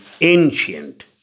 ancient